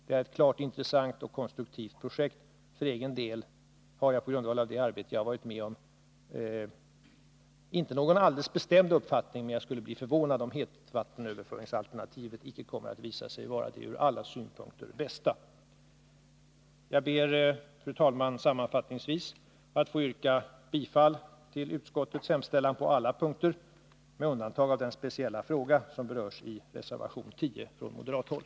Det är ett både intressant och konstruktivt utformat projekt. För egen del har jag på grundval av det arbete som jag deltagit i inte någon alldeles bestämd uppfattning, men det skulle förvåna mig om hetvattenöverföringsalternativet inte visar sig vara det ur alla synpunkter bästa alternativet. Jag ber, fru talman, sammanfattningsvis att få yrka bifall till utskottets hemställan på alla punkter med undantag för den speciella fråga som berörs i reservation 10 från moderat håll.